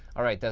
alright,